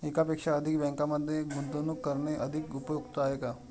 एकापेक्षा अधिक बँकांमध्ये गुंतवणूक करणे अधिक उपयुक्त आहे का?